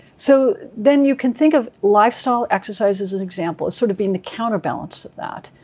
so then you can think of lifestyle, exercise as an example, as sort of being the counterbalance of that,